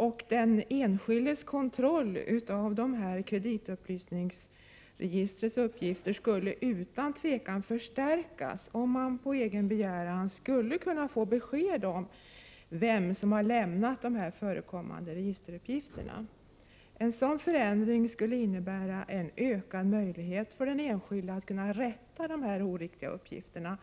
Och den enskildes kontroll av kreditupplysningsregistrets uppgifter skulle utan tvivel förstärkas om man på egen begäran skulle kunna få besked om vem som har lämnat de förekommande registeruppgifterna. En sådan förändring skulle innebära en ökad möjlighet för den enskilde att rätta de oriktiga uppgifterna,